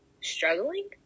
struggling